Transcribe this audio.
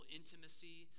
intimacy